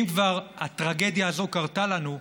אם כבר הטרגדיה הזאת קרתה לנו,